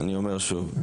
אני אומר שוב,